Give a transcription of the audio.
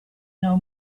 know